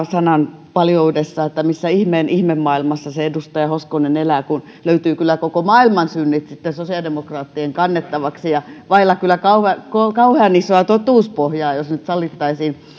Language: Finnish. sanapaljoudessa missä ihmeen ihmemaailmassa edustaja hoskonen elää kun löytyvät kyllä koko maailman synnit sosiaalidemokraattien kannettavaksi ja vailla kyllä kauhean isoa totuuspohjaa jos nyt sallittaisiin